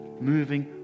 moving